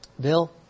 Bill